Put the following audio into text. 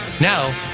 Now